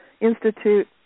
institute